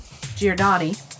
Giordani